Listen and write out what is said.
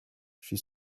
she